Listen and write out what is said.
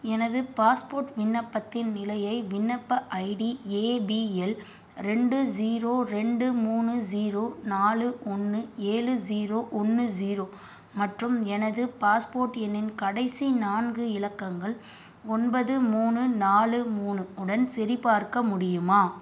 எனது பாஸ்போர்ட் விண்ணப்பத்தின் நிலையை விண்ணப்ப ஐடி ஏபிஎல் ரெண்டு ஜீரோ ரெண்டு மூணு ஜீரோ நாலு ஒன்று ஏழு ஜீரோ ஒன்று ஜீரோ மற்றும் எனது பாஸ்போர்ட் எண்ணின் கடைசி நான்கு இலக்கங்கள் ஒன்பது மூணு நாலு மூணு உடன் சரிபார்க்க முடியுமா